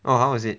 oh how is it